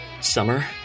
Summer